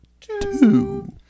two